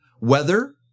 weather